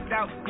out